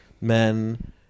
men